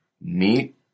meet